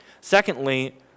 Secondly